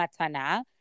matana